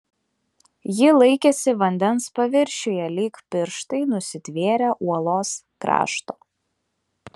ji laikėsi vandens paviršiuje lyg pirštai nusitvėrę uolos krašto